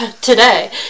today